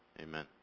Amen